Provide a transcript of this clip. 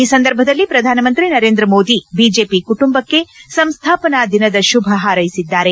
ಈ ಸಂದರ್ಭದಲ್ಲಿ ಪ್ರಧಾನಮಂತ್ರಿ ನರೇಂದ್ರಮೋದಿ ಬಿಜೆಪಿ ಕುಟುಂಬಕ್ಕೆ ಸಂಸ್ಥಾಪನಾ ದಿನದ ಶುಭ ಪಾರೈಸಿದ್ದಾರೆ